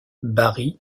barry